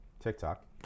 TikTok